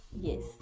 Yes